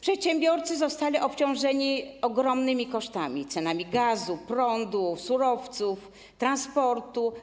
Przedsiębiorcy zostali obciążeni ogromnymi kosztami: cenami gazu, prądu, surowców i transportu.